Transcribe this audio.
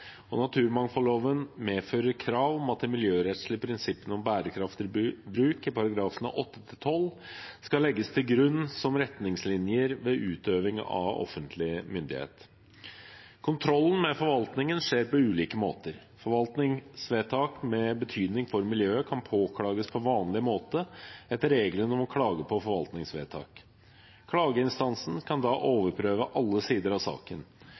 og naturmangfoldloven medfører krav om at de miljørettslige prinsippene om bærekraftig bruk i §§ 8–12 skal legges til grunn som retningslinjer ved utøving av offentlig myndighet. Kontrollen med forvaltningen skjer på ulike måter. Forvaltningsvedtak med betydning for miljøet kan påklages på vanlig måte etter reglene om klage på forvaltningsvedtak. Klageinstansen kan da overprøve alle sider av saken.